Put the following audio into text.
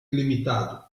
limitado